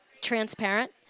transparent